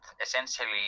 essentially